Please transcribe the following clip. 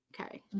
Okay